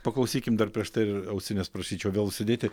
paklausykim dar prieš tai ir ausines prašyčiau vėl užsidėti